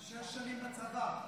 שש שנים בצבא.